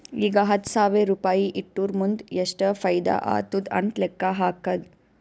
ಈಗ ಹತ್ತ್ ಸಾವಿರ್ ರುಪಾಯಿ ಇಟ್ಟುರ್ ಮುಂದ್ ಎಷ್ಟ ಫೈದಾ ಆತ್ತುದ್ ಅಂತ್ ಲೆಕ್ಕಾ ಹಾಕ್ಕಾದ್